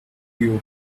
you